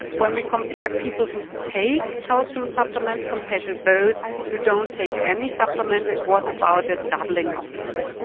when we compared people who take calcium supplements compared to those who don't take any supplements it was about a doubling of the risk.